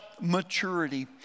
maturity